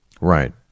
Right